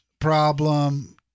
problem